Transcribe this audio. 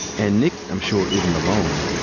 and nick, i'm sure, isn't alone.